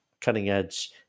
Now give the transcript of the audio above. cutting-edge